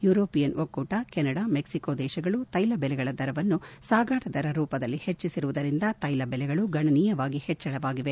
European ಒಕ್ಕೂಟ Canada Mexico ದೇಶಗಳು ತ್ಯೆಲಬೆಲೆಗಳ ದರವನ್ನು ಸಾಗಾಟ ದರ ರೂಪದಲ್ಲಿ ಹೆಚ್ಚಿಸಿರುವುದರಿಂದ ತೈಲ ಬೆಲೆಗಳು ಗಣನೀಯವಾಗಿ ಹೆಚ್ಚಳವಾಗಿವೆ